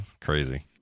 crazy